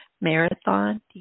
Marathon